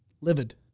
livid